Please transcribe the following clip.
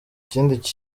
ikindi